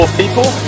people